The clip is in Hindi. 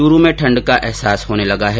चुरु में ठंड का अहसास होने लगा है